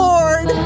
Lord